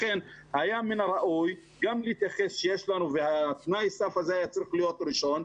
לכן היה מן הראוי גם להתייחס לכך ותנאי הסף הזה היה צריך להיות ראשון.